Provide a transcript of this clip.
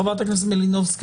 חברת הכנסת מלינובסקי,